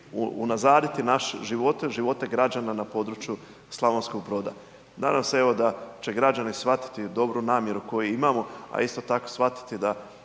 unazaditi naše živote, živote građana na području Slavonskog Broda. Nadam se, evo, da će građani shvatiti dobru namjeru koju imamo, a isto tako, shvatiti da